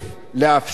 לאפשר גבייה,